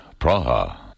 Praha